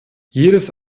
jedes